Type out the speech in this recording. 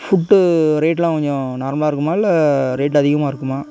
food ரேட்டுலாம் கொஞ்சம் நார்மலாக இருக்குமா இல்லை ரேட் அதிகமாக இருக்குமா